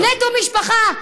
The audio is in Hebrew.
נטו משפחה,